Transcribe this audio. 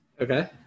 Okay